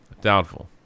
Doubtful